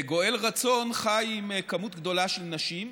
גואל רצון חי עם כמות גדולה של נשים,